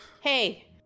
Hey